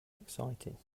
exciting